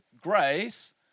grace